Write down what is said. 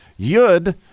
yud